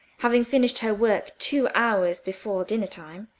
having finished her work two hours before dinnertime,